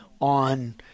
on